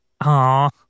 Aw